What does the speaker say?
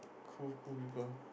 cool cool people